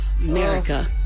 america